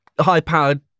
high-powered